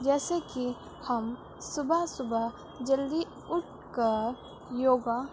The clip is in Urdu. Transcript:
جیسے کہ ہم صبح صبح جلدی اٹھ کر یوگا